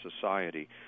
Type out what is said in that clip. society